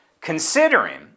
considering